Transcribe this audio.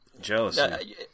jealousy